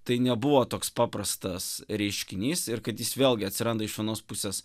tai nebuvo toks paprastas reiškinys ir kad jis vėlgi atsiranda iš anos pusės